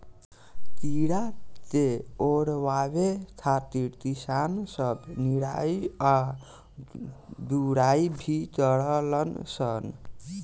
कीड़ा के ओरवावे खातिर किसान सब निराई आ गुड़ाई भी करलन सन